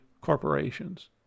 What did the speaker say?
corporations